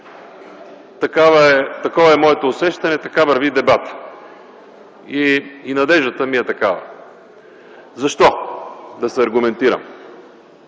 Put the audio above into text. Такова е моето усещане, така върви и дебатът. И надеждата ми е такава. Защо? – да се аргументирам.